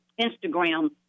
Instagram